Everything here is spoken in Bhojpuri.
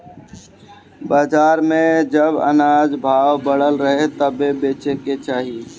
बाजार में जब अनाज भाव चढ़ल रहे तबे बेचे के चाही